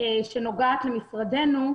שנוגעת למשרדנו.